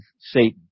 Satan